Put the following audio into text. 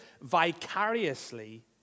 vicariously